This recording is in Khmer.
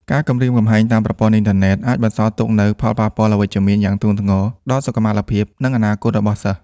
ការគំរាមកំហែងតាមប្រព័ន្ធអ៊ីនធឺណិត អាចបន្សល់ទុកនូវ ផលប៉ះពាល់អវិជ្ជមានយ៉ាងធ្ងន់ធ្ងរ ដល់សុខុមាលភាព និងអនាគតរបស់សិស្ស។